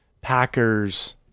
Packers